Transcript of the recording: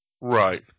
Right